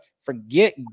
forget